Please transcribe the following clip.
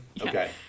okay